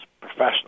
professional